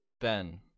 Ben